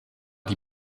die